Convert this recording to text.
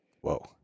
Whoa